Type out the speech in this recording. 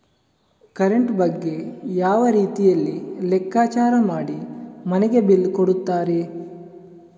Current ಬಗ್ಗೆ ಯಾವ ರೀತಿಯಲ್ಲಿ ಲೆಕ್ಕಚಾರ ಮಾಡಿ ಮನೆಗೆ ಬಿಲ್ ಕೊಡುತ್ತಾರೆ?